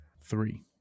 Three